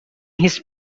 his